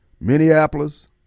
Minneapolis